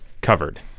covered